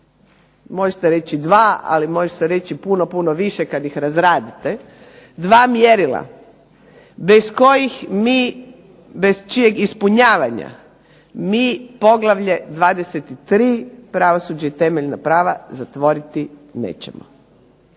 možete reći dva, ali može se reći puno, puno više kad ih razradite, dva mjerila, bez kojih mi, bez čijeg ispunjavanja mi poglavlje 23. pravosuđe i temeljna prava zatvoriti nećemo.